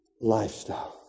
lifestyle